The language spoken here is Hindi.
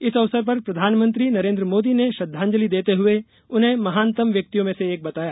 इस अवसर पर प्रधानमंत्री नरेन्द्र मोदी ने श्रद्वांजलि देते हुए उन्हें महानतम व्यक्तियों में से एक बताया